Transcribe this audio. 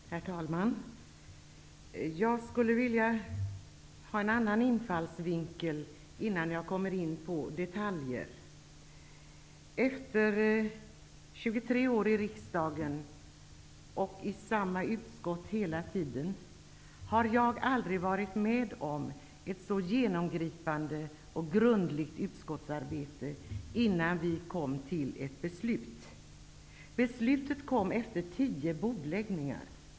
Herr talman! Jag skulle vilja ha en annan infallsvinkel innan jag kommer in på detaljer. Under mina 23 år i riksdagen, hela tiden i samma utskott, har jag aldrig varit med om att ett så genomgripande och grundligt utskottsarbete har föregått ett beslut. Beslutet kom till efter tio bordläggningar.